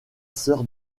sœur